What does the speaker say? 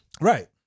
right